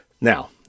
Now